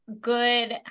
good